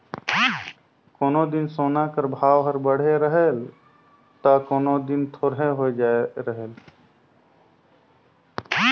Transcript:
कोनो दिन सोना कर भाव हर बढ़े रहेल ता कोनो दिन थोरहें होए जाए रहेल